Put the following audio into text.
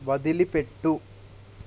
వదిలిపెట్టు